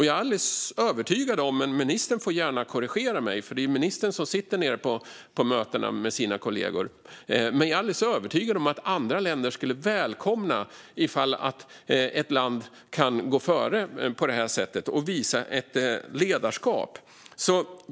Jag är alldeles övertygad - ministern får gärna korrigera mig, för det är ju ministern som sitter på möten med sina kollegor - om att andra länder skulle välkomna att ett land kan gå före på det sättet och visa ledarskap.